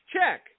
Check